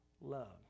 love